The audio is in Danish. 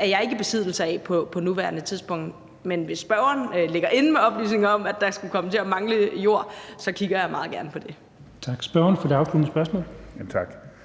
er jeg ikke i besiddelse af på nuværende tidspunkt. Men hvis spørgeren ligger inde med oplysninger om, at der skulle komme til at mangle jord, kigger jeg meget gerne på det. Kl. 13:12 Den fg. formand (Jens Henrik